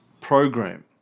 program